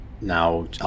now